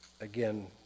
again